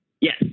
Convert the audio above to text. Yes